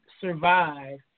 survive